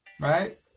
right